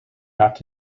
not